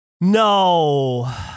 No